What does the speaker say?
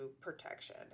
protection